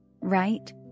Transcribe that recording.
right